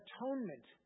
Atonement